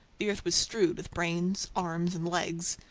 the earth was strewed with brains, arms, and legs.